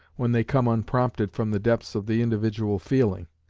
when they come unprompted from the depths of the individual feeling